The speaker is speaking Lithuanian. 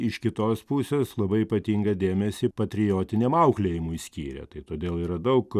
iš kitos pusės labai ypatingą dėmesį patriotiniam auklėjimui skyrė tai todėl yra daug